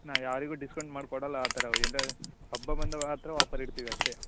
ನಾ ಯಾರಿಗೂ ಡಿಸ್ಕೌಂಟ್ ಮಾಡಿಕೊಡಲ್ಲ ಆ ಥರ ಹಬ್ಬ ಬಂದಾಗ್ ಮಾತ್ರ ವಾಪರ್ ಇಡ್ತೀವಿ ಅಷ್ಟೇ